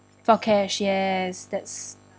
for cash yes that's